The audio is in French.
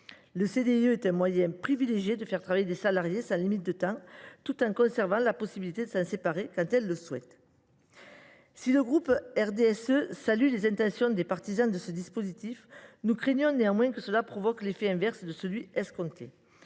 Le CDIE est un moyen privilégié de faire travailler des salariés sans limite de temps, tout en conservant la possibilité de s’en séparer quand elles le souhaitent. » Si le groupe du RDSE salue les intentions des partisans de ce dispositif, nous craignons néanmoins qu’il n’ait l’effet inverse de celui qui est